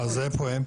אז איפה הם?